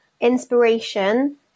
inspiration